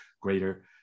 greater